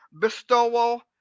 Bestowal